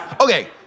Okay